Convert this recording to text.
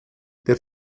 der